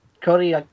Cody